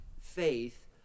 faith